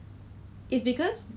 kitchen 蛮乱一下啦